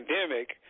pandemic